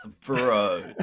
bro